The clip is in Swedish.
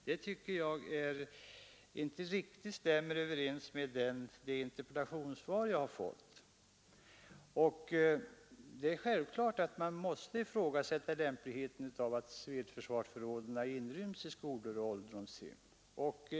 Det tycker jag inte riktigt stämmer överens med det interpellationssvar jag fått. Det är klart att man måste ifrågasätta lämpligheten av att civilförsvarsförråd inryms i skolor och ålderdomshem.